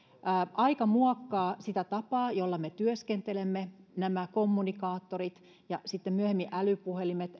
aika muokkaa sitä tapaa jolla me työskentelemme nämä kommunikaattorit ja sitten myöhemmin älypuhelimet